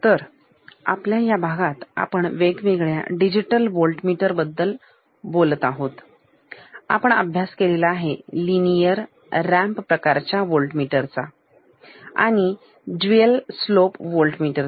तर आपल्या या भागात आपण वेगवेगळ्या डिजिटल वोल्टमीटर digital Voltmeters बद्दल बोलत आहोत आपण अभ्यास केलेला आहे लिनियर रॅम्प प्रकारचे वोल्टमीटर आणि डुएल स्लोप वोल्टमीटर